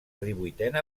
divuitena